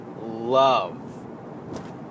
love